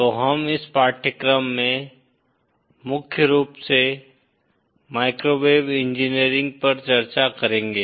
तो हम इस पाठ्यक्रम में मुख्य रूप से माइक्रोवेव इंजीनियरिंग पर चर्चा करेंगे